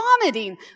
vomiting